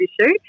issue